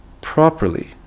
properly